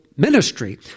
Ministry